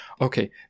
okay